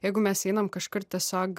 jeigu mes einam kažkur tiesiog